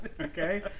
Okay